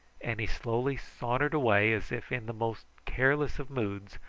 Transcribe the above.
and he slowly sauntered away, as if in the most careless of moods,